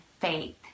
faith